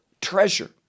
treasure